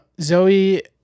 Zoe